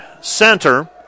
center